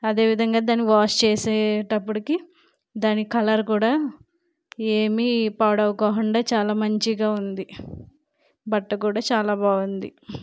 అదేవిధంగా దాని వాష్ చేసేటప్పటికీ దాని కలర్ కూడా ఏమి పాడవుకోకుండా చాలా మంచిగా ఉంది బట్ట కూడా చాలా బాగుంది